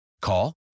Call